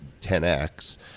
10x